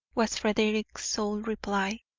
was frederick's sole reply.